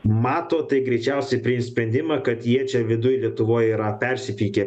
mato tai greičiausiai priims sprendimą kad jie čia viduj lietuvoj yra persipykę